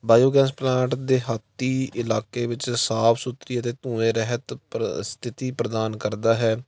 biogas plant ਦਿਹਾਤੀ ਇਲਾਕੇ ਵਿੱਚ ਸਾਫ ਸੁਥਰੀ ਅਤੇ ਧੂੰਏ ਰਹਿਤ ਪ੍ਰ ਸਥਿਤੀ ਪ੍ਰਦਾਨ ਕਰਦਾ ਹੈ